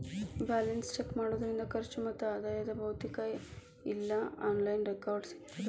balance check ಮಾಡೋದ್ರಿಂದ ಖರ್ಚು ಮತ್ತ ಆದಾಯದ್ ಭೌತಿಕ ಇಲ್ಲಾ ಆನ್ಲೈನ್ ರೆಕಾರ್ಡ್ಸ್ ಸಿಗತ್ತಾ